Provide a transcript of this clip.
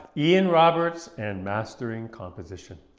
ian roberts and mastering composition.